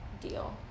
deal